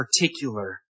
particular